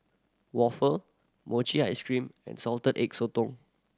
waffle mochi ice cream and Salted Egg Sotong